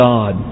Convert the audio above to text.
God